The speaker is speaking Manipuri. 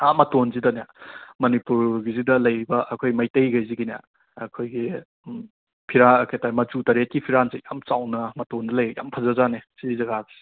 ꯑꯥ ꯃꯇꯣꯟꯁꯤꯗꯅꯦ ꯃꯅꯤꯄꯨꯔꯒꯤꯁꯤꯗ ꯂꯩꯔꯤꯕ ꯑꯩꯈꯣꯏ ꯃꯩꯇꯩꯒꯩꯁꯤꯒꯤꯅꯦ ꯑꯈꯣꯏꯒꯤ ꯎꯝ ꯐꯤꯔꯥꯟ ꯀꯩ ꯍꯥꯏꯇꯥꯔꯦ ꯃꯆꯨ ꯇꯔꯦꯠꯀꯤ ꯐꯤꯔꯥꯟꯁꯦ ꯌꯥꯝ ꯆꯥꯎꯅ ꯃꯇꯣꯟꯗ ꯂꯩꯌꯦ ꯌꯥꯝ ꯐꯖꯖꯥꯠꯅꯦ ꯁꯤꯒꯤ ꯖꯒꯥꯁꯦ